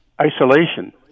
isolation